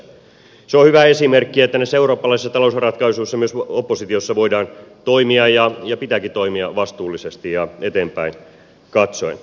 se on hyvä esimerkki että näissä eurooppalaisissa talousratkaisuissa myös oppositiossa voidaan toimia ja pitääkin toimia vastuullisesti ja eteenpäin katsoen